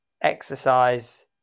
exercise